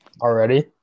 already